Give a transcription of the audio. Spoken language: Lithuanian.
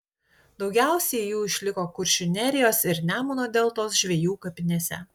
daugiausiai jų išliko kuršių nerijos ir nemuno deltos žvejų kapinėse